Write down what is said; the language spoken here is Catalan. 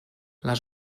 les